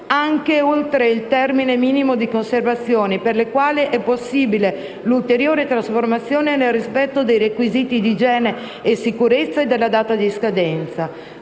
anche oltre il temine minimo di conservazione, per le quali è possibile l'ulteriore trasformazione nel rispetto dei requisiti di igiene e sicurezza e della data di scadenza.